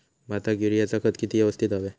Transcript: भाताक युरियाचा खत किती यवस्तित हव्या?